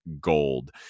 gold